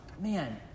Man